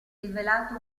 rivelato